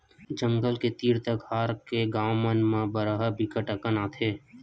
जंगल के तीर तखार के गाँव मन म बरहा बिकट अकन आथे